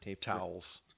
Towels